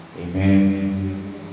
Amen